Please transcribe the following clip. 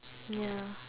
ya